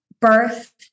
birth